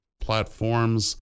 platforms